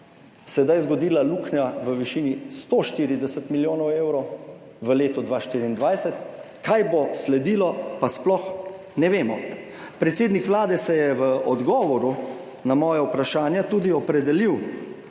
sedaj zgodila luknja v višini 140 milijonov evrov v letu 2024, kaj bo sledilo, pa sploh ne vemo. Predsednik Vlade se je v odgovoru na moja vprašanja tudi opredelil